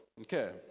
Okay